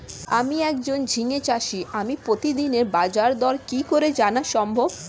আমি একজন ঝিঙে চাষী আমি প্রতিদিনের বাজারদর কি করে জানা সম্ভব?